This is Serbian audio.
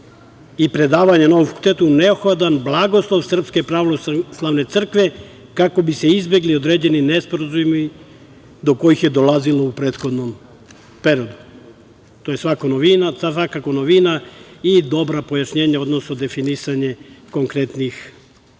i predavanje na ovom fakultetu neophodan blagoslov Srpske pravoslavne crkve, kako bi se izbegli određeni nesporazumi do kojih je dolazilo u prethodnom periodu. To je svakako novina i dobro pojašnjenje, odnosno definisanje konkretnih